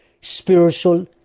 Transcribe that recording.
Spiritual